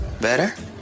Better